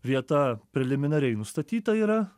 vieta preliminariai nustatyta yra